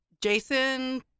Jason